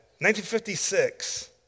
1956